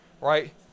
right